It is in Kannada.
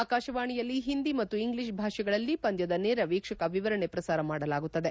ಅಕಾಶವಾಣಿಯಲ್ಲಿ ಹಿಂದಿ ಮತ್ತು ಇಂಗ್ಲೀಷ್ ಭಾಷೆಗಳಲ್ಲಿ ಪಂದ್ಲದ ನೇರ ವೀಕ್ಷಕ ವಿವರಣೆ ಪ್ರಸಾರ ಮಾಡಲಾಗುತ್ತದೆ